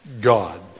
God